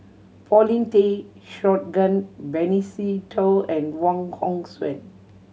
Paulin Tay Straughan Benny Se Teo and Wong Hong Suen